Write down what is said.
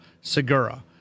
Segura